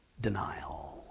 denial